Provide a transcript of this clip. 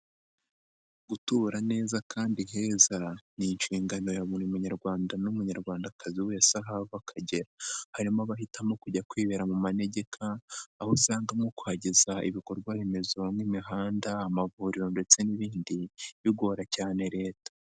Gutura neza kandi heza ni inshingano ya buri munyarwanda n'umunyarwandakazi wese aho ava akagera, harimo abahitamo kujya kwibera mu manegeka, aho usangamo kugeza ibikorwa remezo nk'imihanda, amavuriro ndetse n'ibindi, bigora cyane Leta